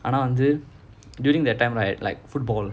ஆனா வந்து:aanaa vanthu during that time right like football